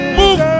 move